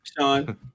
Sean